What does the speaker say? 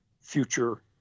future